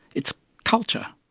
it's culture.